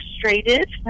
frustrated